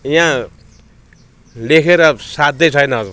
यहाँ लेखेर साद्धे छैन